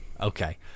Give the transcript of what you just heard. Okay